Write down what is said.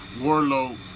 Warlow